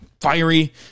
fiery